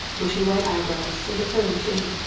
bushy white eyebrows and a firm chin.